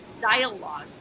dialogue